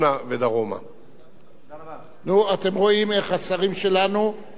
אתם רואים איך השרים שלנו מתמצאים בכל דבר הנמצא במשרדם,